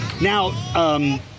Now